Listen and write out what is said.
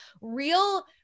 real